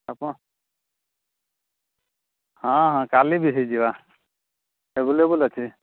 ଆପଣ ହଁ ହଁ କାଲି ବି ହୋଇଯିବା ଭୁଲ୍ ଅଛି